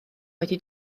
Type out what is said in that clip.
wedi